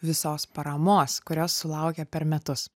visos paramos kurios sulaukia per metus